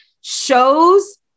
shows